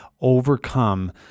overcome